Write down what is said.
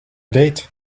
date